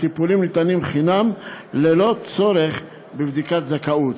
הטיפולים ניתנים חינם, ללא צורך בבדיקת זכאות.